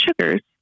sugars